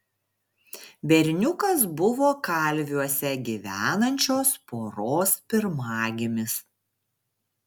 berniukas buvo kalviuose gyvenančios poros pirmagimis